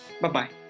Bye-bye